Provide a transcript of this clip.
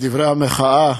לדברי המחאה